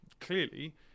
clearly